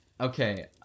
Okay